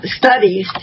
studies